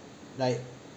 like